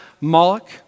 Moloch